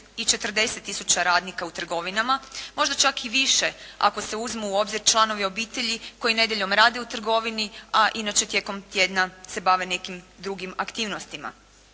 i 40 tisuća radnika u trgovinama. Možda čak i više ako se uzmu u obzir članovi obitelji koji nedjeljom rade u trgovini a inače tijekom tjedna se bave nekim drugim aktivnostima.